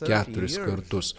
keturis kartus